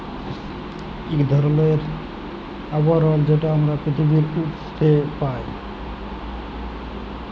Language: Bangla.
ইক ধরলের আবরল যেট আমরা পিথিবীর উপ্রে পাই